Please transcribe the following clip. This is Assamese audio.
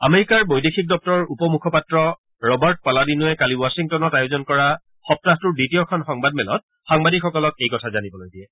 আমেৰিকাৰ বৈদেশিক দপ্তৰৰ উপ মুখপাত্ৰ ৰবাৰ্ট পালাডিনোৱে কালি বাশ্বিংটনত আয়োজন কৰা সপ্তাহটোৰ দ্বিতীয়খন সংবাদমেলত সাংবাদিকসকলক এই কথা জানিবলৈ দিয়ে